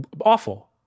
awful